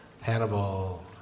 Hannibal